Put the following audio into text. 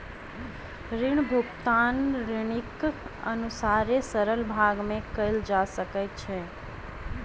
ऋण भुगतान ऋणीक अनुसारे सरल भाग में कयल जा सकै छै